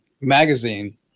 magazine